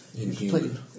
inhuman